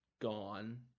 gone